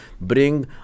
bring